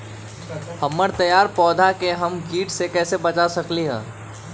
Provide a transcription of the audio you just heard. हमर तैयार पौधा के हम किट से कैसे बचा सकलि ह?